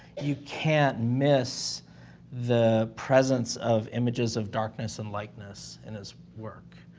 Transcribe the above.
you can't miss the presence of images of darkness and likeness in his work.